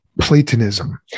Platonism